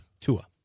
Tua